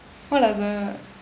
what other